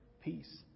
peace